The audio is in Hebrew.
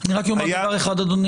אני רק אומר דבר אחד אדוני